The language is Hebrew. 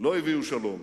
לא הביאו שלום.